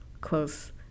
close